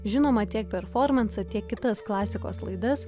žinoma tiek performansą tiek kitas klasikos laidas